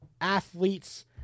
athletes